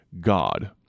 God